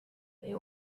they